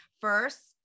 first